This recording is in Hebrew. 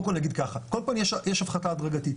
אני אגיד ככה, קודם כל יש הפחתה הדרגתית.